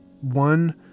One